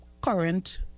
current